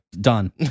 done